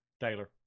taylor